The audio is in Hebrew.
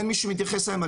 אין מי שמתייחס אליהם.